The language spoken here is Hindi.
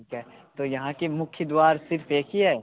ठीक है तो यहाँ के मुख्य द्वार सिर्फ एक ही है